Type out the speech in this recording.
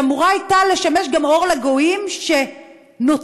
שאמורה הייתה לשמש גם אור לגויים, ונוצרה,